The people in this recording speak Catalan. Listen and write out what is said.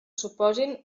suposin